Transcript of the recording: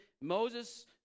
Moses